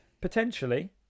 Potentially